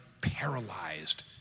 paralyzed